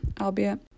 albeit